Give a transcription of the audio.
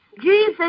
Jesus